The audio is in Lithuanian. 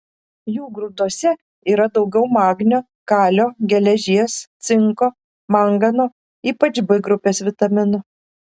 jų grūduose yra daugiau magnio kalio geležies cinko mangano ypač b grupės vitaminų